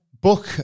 Book